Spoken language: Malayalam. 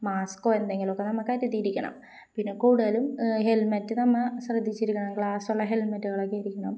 മാസ്കോ എന്തെങ്കിലുമൊക്കെ നമ്മള് കരുതിയിരിക്കണം പിന്നെ കൂടുതലും ഹെൽമെറ്റ് നമ്മള് ശ്രദ്ധിച്ചിരിക്കണം ഗ്ലാസുള്ള ഹെൽമെറ്റുകളൊക്കെ ധരിക്കണം